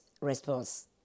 response